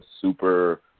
super